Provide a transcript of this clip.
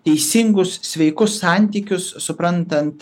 teisingus sveikus santykius suprantant